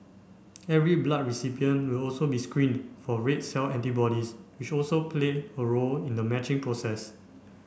every blood recipient will also be screened for red cell antibodies which also play a role in the matching process